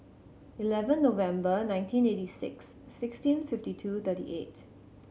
eleven November nineteen eighty six sixteen fifty two thirty eight